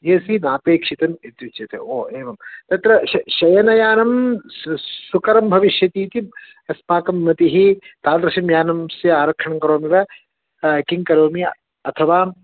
ए C नापेक्षितम् इत्युच्यते ओ एवं तत्र श शयनयानं सु सुकरं भविष्यतीति अस्माकं मतिः तादृशं यानं स्य आरक्षणं करोमि वा किं करोमि अथवा